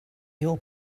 your